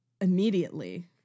immediately